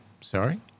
sorry